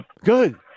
Good